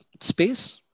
Space